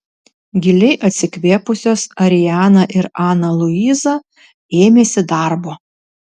giliai atsikvėpusios ariana ir ana luiza ėmėsi darbo